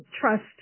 trust